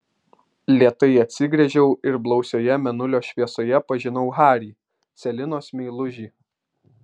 lėtai atsigręžiau ir blausioje mėnulio šviesoje pažinau harį celinos meilužį